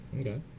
okay